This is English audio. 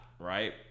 Right